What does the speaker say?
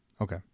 Okay